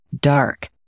dark